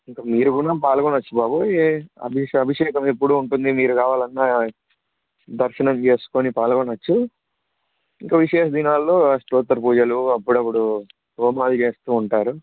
ఇంకా మీరు కూడా పాల్గొనవచ్చు బాబు అ అభిషేకం ఎప్పుడు ఉంటుంది మీరు కావాలన్న దర్శనం చేసుకొని పాల్గొనవచ్చు ఇంకా విశేష దినాాల్లో అష్టోత్తర పూజలు అప్పుడప్పుడు హోమాలు చేస్తు ఉంటారు